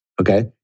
Okay